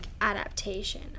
adaptation